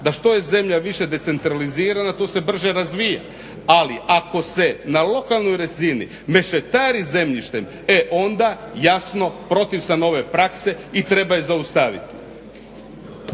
da što je zemlja više decentralizirana to se brže razvija, ali ako se na lokalnoj razini mešetari zemljištem e onda jasno protiv sam ove prakse i treba je zaustaviti.